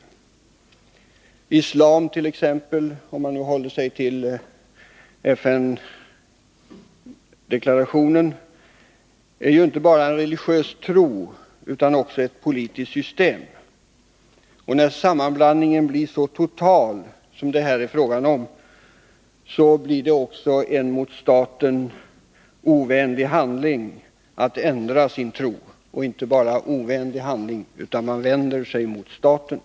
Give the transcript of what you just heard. T. ex. är islam — för att nu hålla sig till FN-deklarationen — inte bara en religiös tro utan också ett politiskt system, och när sammanblandningen blir så total som det är fråga om här blir detta att ändra sin tro en mot staten ovänlig handling, ja, en handling där man vänder sig mot staten.